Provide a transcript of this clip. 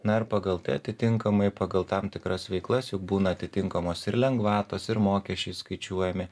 na ir pagal tai atitinkamai pagal tam tikras veiklas jau būna atitinkamos ir lengvatos ir mokesčiai skaičiuojami